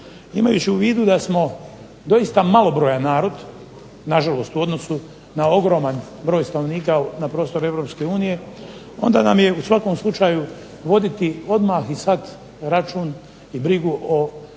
Imajući u vidu da smo doista malobrojan narod, na žalost u odnosu na ogroman broj stanovnika na prostoru Europske unije onda nam je u svakom slučaju voditi odmah i sad račun i brigu o